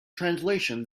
translation